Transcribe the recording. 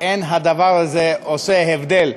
אין הדבר הזה עושה הבדל,